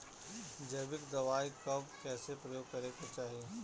जैविक दवाई कब कैसे प्रयोग करे के चाही?